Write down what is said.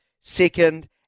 second